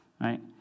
right